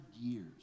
years